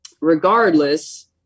regardless